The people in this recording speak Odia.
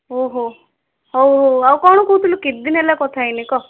ଓହୋ ହଉ ହଉ ଆଉ କ'ଣ କହୁଥିଲୁ କେତେ ଦିନ ହେଲା କଥା ହେଇନି କହ